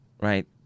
right